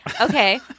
Okay